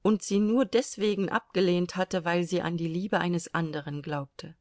und sie nur deswegen abgelehnt hatte weil sie an die liebe eines anderen glaubte